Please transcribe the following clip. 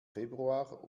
februar